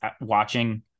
watching